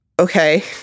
okay